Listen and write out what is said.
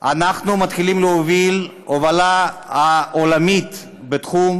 אנחנו מתחילים להוביל הובלה עולמית בתחום,